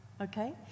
okay